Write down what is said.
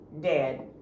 dead